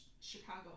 Chicago